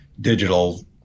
digital